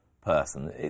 person